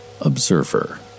observer